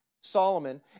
Solomon